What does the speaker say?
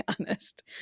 honest